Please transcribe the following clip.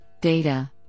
data